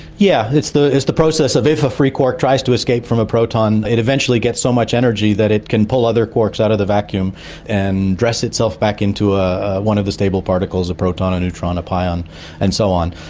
yeah it's the it's the process of if a free quark tries to escape from a proton, it eventually gets so much energy that it can pull other quarks out of the vacuum and dress itself back into one of the but particles a proton, a neutron, a pion and so on.